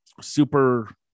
super